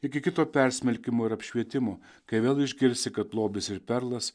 iki kito persmelkimo ir apšvietimo kai vėl išgirsi kad lobis ir perlas